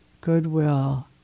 goodwill